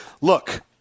look